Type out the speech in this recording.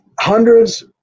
hundreds